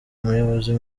umuyobozi